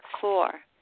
Four